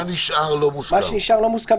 מה נשאר לא מוסכם?